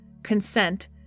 Consent